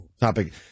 topic